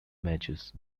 matches